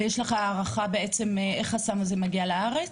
יש לך הערכה איך בעצם הסם הזה מגיע לארץ?